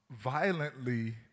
violently